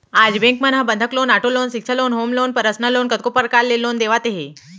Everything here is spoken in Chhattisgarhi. आज बेंक मन ह बंधक लोन, आटो लोन, सिक्छा loan, home loan, personal loan कतको परकार ले लोन देवत हे